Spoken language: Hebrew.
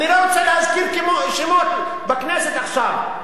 אני לא רוצה להזכיר שמות בכנסת עכשיו,